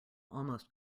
almost